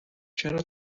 چرا